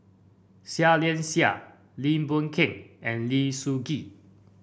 Seah Liang Seah Lim Boon Keng and Lim Sun Gee